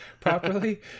properly